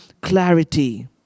clarity